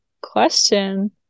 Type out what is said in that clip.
question